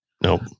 Nope